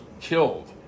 killed